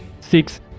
Six